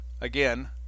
again